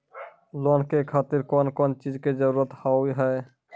Loan के खातिर कौन कौन चीज के जरूरत हाव है?